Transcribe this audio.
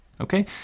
Okay